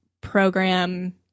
program